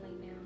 now